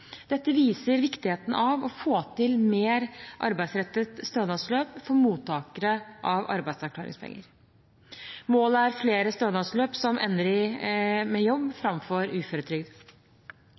Dette viser viktigheten av å få til mer arbeidsrettede stønadsløp for mottakere av arbeidsavklaringspenger. Målet er flere stønadsløp som ender med en jobb framfor uføretrygd.